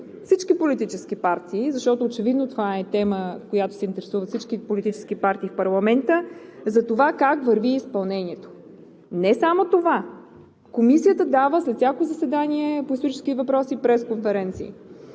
всички политически партии, защото очевидно това е тема, от която се интересуват всички политически партии в парламента, за това как върви изпълнението. Не само това. След всяко заседание по исторически въпроси Комисията